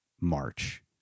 March